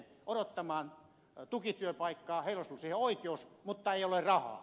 heillä olisi ollut siihen oikeus mutta ei ole rahaa